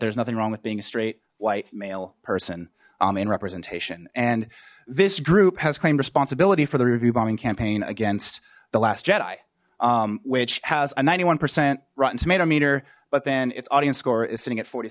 there's nothing wrong with being a straight white male person i mean representation and this group has claimed responsibility for the review bombing campaign against the last jedi which has a ninety one percent rotten tomato meter but then its audience score is sitting at forty